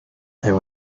there